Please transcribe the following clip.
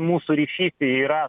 mūsų ryšys yra